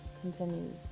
continues